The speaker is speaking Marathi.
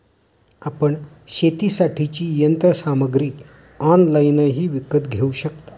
आपण शेतीसाठीची यंत्रसामग्री ऑनलाइनही विकत घेऊ शकता